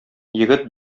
егет